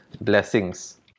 blessings